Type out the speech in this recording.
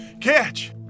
catch